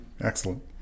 Excellent